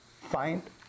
find